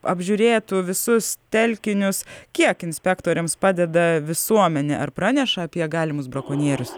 apžiūrėtų visus telkinius kiek inspektoriams padeda visuomenė ar praneša apie galimus brakonierius